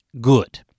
good